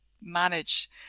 manage